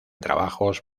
trabajos